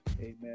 amen